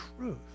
truth